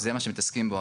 זה מה שהם מתעסקים בו,